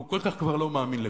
והוא כל כך כבר לא מאמין לכלום,